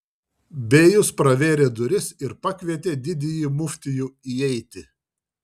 bėjus pravėrė duris ir pakvietė didįjį muftijų įeiti